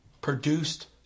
produced